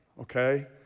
okay